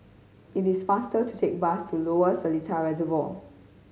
it is faster to take bus to Lower Seletar Reservoir